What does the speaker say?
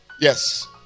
Yes